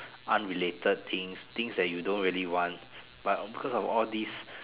unrelated things things that you don't really want but because of all this